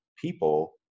people